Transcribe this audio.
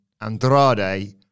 Andrade